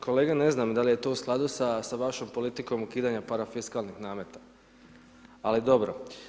Kolega ne znam da li je to u skladu sa vašom politikom ukidanja parafiskalnih nameta ali dobro.